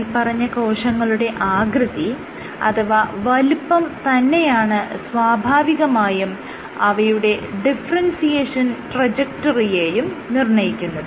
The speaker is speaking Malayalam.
മേല്പറഞ്ഞ കോശങ്ങളുടെ ആകൃതി അഥവാ വലുപ്പം തന്നെയാണ് സ്വാഭാവികമായും അവയുടെ ഡിഫറെൻസിയേഷൻ ട്രജെക്ടറിയെയും നിർണ്ണയിക്കുന്നത്